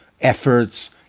efforts